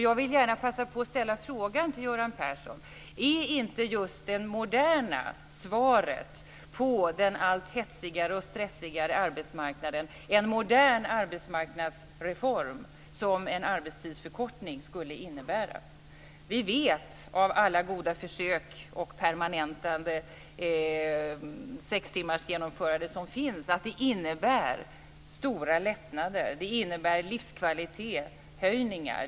Jag vill gärna passa på att ställa frågan till Göran Persson: Är inte det moderna svaret på den allt hetsigare och stressigare arbetsmarknaden en modern arbetsmarknadsreform, vilket en arbetstidsförkortning skulle innebära? Vi vet av alla goda försök och permanentade sextimmarsgenomföranden som finns att det innebär stora lättnader. Det innebär livskvalitetshöjningar.